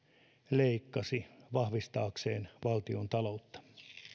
leikkasi vahvistaakseen valtiontaloutta